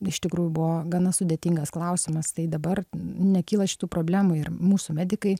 iš tikrųjų buvo gana sudėtingas klausimas tai dabar nekyla šitų problemų ir mūsų medikai